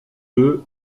deux